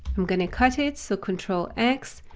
i'm going to cut it, so control x,